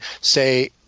say